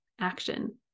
action